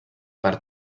per